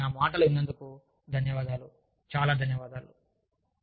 కాబట్టి నా మాట విన్నందుకు చాలా ధన్యవాదాలు